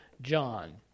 John